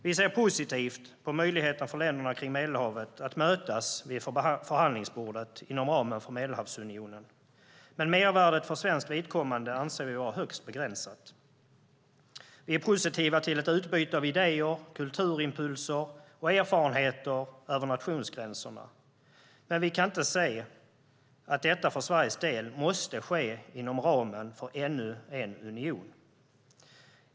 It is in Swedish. Vi ser positivt på möjligheten för länderna kring Medelhavet att mötas vid förhandlingsbordet inom ramen för Medelhavsunionen, men mervärdet för svenskt vidkommande anser vi vara högst begränsat. Vi är positiva till ett utbyte av idéer, kulturimpulser och erfarenheter över nationsgränserna, men vi kan inte se att detta för Sveriges del måste ske inom ramen för ännu en union.